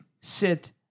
sit